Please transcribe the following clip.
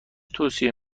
توصیه